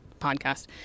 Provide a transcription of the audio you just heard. podcast